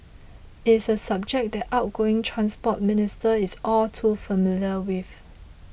it's a subject the outgoing Transport Minister is all too familiar with